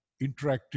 interactive